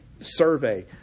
survey